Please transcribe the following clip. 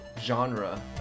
genre